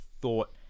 thought